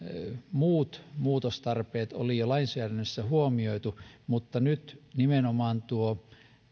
muut muutostarpeet oli jo lainsäädännössä huomioitu mutta nyt nimenomaan tuo